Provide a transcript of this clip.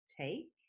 take